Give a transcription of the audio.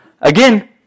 again